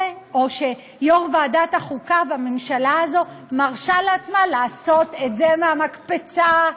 שיו"ר ועדת החוקה והממשלה הזאת מרשים לעצמה לעשות את זה מהמקפצה.